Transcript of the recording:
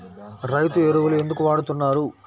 రైతు ఎరువులు ఎందుకు వాడుతున్నారు?